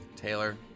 Taylor